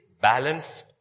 balance